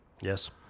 Yes